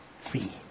free